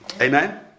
Amen